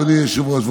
אדוני היושב-ראש,